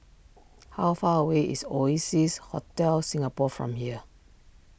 how far away is Oasis Hotel Singapore from here